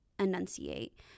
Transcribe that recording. enunciate